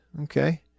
Okay